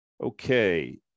Okay